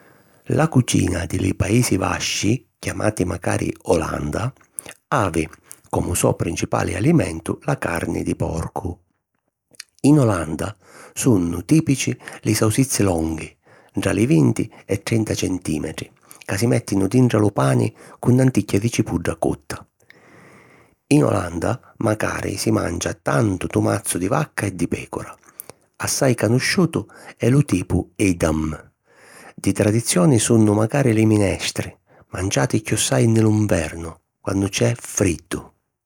La cucina di li Paisi Vasci, chiamati macari Olanda, havi comu so principali alimentu la carni di porcu. In Olanda sunnu tìpici li sausizzi longhi ntra li vinti e trenta centìmetri, ca si mèttinu dintra lu pani cu 'n 'anticchia di cipudda cotta. In Olanda macari si mancia tantu tumazzu di vacca e di pècura; assai canusciutu è lu tipu Edam. Di tradizioni sunnu macari li minestri, manciati chiossai nni lu nvernu, quannu c’è friddu.